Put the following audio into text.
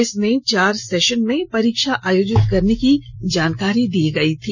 इसमें चार सेशन में परीक्षा आयोजित करने की जानकारी दी गई थी